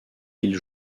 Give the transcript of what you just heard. qu’ils